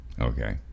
Okay